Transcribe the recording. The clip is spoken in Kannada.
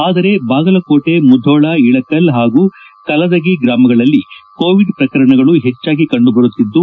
ಆದರೆ ಬಾಗಲಕೋಟೆ ಮುಧೋಳ ಇಳಕಲ್ಲ ಹಾಗೂ ಕಲಾದಗಿ ಗ್ರಾಮಗಳಲ್ಲಿ ಕೋವಿಡ್ ಪ್ರಕರಣಗಳು ಹೆಚ್ಚಾಗಿ ಕಂಡುಬರುತ್ತಿದ್ದು